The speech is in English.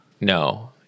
No